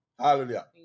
Hallelujah